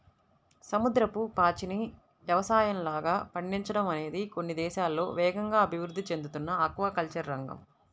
సముద్రపు పాచిని యవసాయంలాగా పండించడం అనేది కొన్ని దేశాల్లో వేగంగా అభివృద్ధి చెందుతున్న ఆక్వాకల్చర్ రంగం